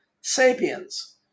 sapiens